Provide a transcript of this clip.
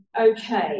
Okay